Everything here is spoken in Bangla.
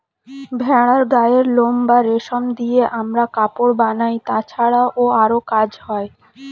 ভেড়ার গায়ের লোম বা রেশম দিয়ে আমরা কাপড় বানাই, তাছাড়াও আরো কাজ হয়